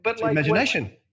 imagination